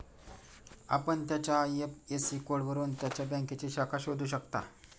आपण त्याच्या आय.एफ.एस.सी कोडवरून त्याच्या बँकेची शाखा शोधू शकता